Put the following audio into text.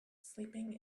sleeping